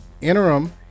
interim